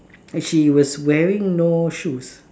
and she was wearing no shoes